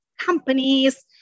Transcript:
companies